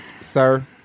Sir